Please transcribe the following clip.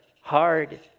hard